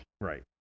Right